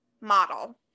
model